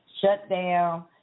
shutdown